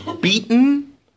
beaten